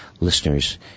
listeners